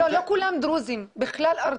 לא כולם דרוזים בכלל ארצי.